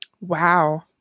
Wow